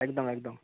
একদম একদম